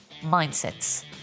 mindsets